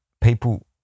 people